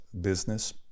business